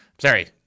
Sorry